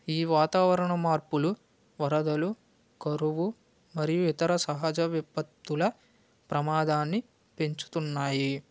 ఈ వాతావరణ మార్పులు వరదలు కరువు మరియు ఇతర సహజ విపత్తుల ప్రమాదాన్ని పెంచుతున్నాయి